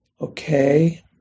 okay